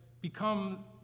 become